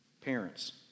Parents